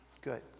good